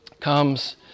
comes